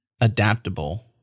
adaptable